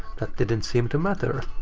that didn't seem to matter.